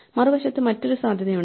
മറുവശത്ത് മറ്റൊരു സാധ്യതയുണ്ട്